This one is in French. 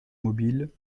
mobile